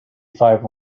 five